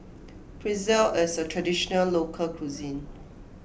Pretzel is a Traditional Local Cuisine